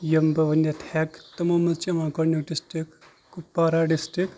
یِم بہٕ ؤنِتھ ہٮ۪کہٕ تِمو منٛز چھُ یِوان گۄڈٕنیُک ڈِسٹرک کپوارا ڈِسٹرک